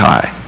High